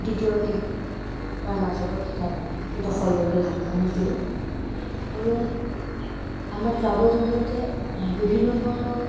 দ্বিতীয়টি ৰাণাৰ্ছআপৰ কিতাপ দখল কৰিবলৈ সক্ষম হৈছিলোঁ আৰু আমাৰ ক্লাবৰ জৰিয়তে বিভিন্ন ধৰণৰ